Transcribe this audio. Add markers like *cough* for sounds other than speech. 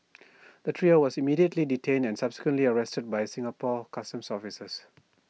*noise* the trio was immediately detained and subsequently arrested by Singapore Customs officers